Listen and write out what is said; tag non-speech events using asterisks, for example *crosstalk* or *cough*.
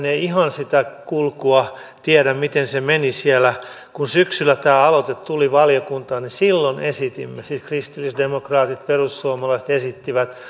*unintelligible* ei ihan sitä kulkua tiedä miten se se meni siellä kun syksyllä tämä aloite tuli valiokuntaan silloin kristillisdemokraatit ja perussuomalaiset esittivät